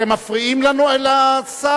אתם מפריעים לשר.